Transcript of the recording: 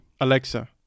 Alexa